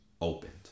opened